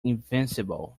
invincible